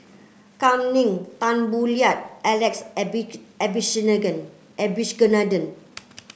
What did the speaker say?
Kam Ning Tan Boo Liat Alex Abisheganaden